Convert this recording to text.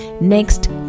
Next